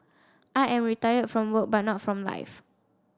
I am retired from work but not from life